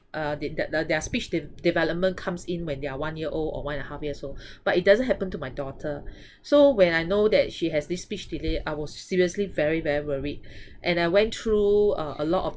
uh did that the their speech de~ development comes in when they are one year old or one and a half years old but it doesn't happen to my daughter so when I know that she has this speech delay I was seriously very very worried and I went through uh a lot of